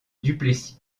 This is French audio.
duplessis